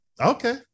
Okay